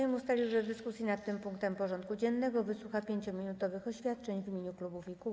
Sejm ustalił, że w dyskusji nad tym punktem porządku dziennego wysłucha 5-minutowych oświadczeń w imieniu klubów i kół.